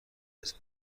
قسط